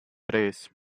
tres